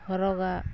ᱦᱚᱨᱚᱜᱟ